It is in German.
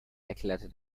erklärte